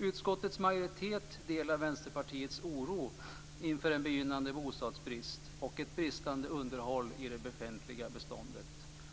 Utskottets majoritet delar Vänsterpartiets oro inför en begynnande bostadsbrist och ett bristande underhåll i det befintliga beståndet